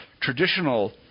traditional